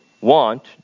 want